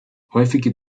häufige